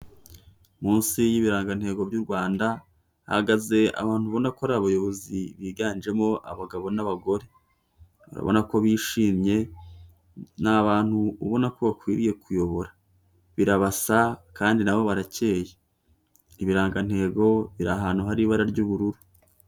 Munsi y'ibirangantego by'u Rwanda, hahagaze abantu ubona ko ari abayobozi biganjemo abagabo n'abagore, urabona ko bishimye, ni abantu ubona ko bakwiriye kuyobora, birabasa kandi na bo baracyeye, ibirangantego biri ahantu hari ibara ry'ubururu.